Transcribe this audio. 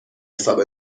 حساب